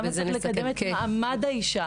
למה צריך לקדם את מעמד האישה?